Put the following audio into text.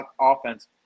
offense